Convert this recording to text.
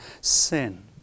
sin